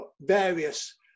various